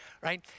right